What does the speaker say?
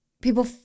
People